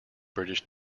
british